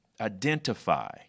identify